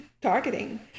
targeting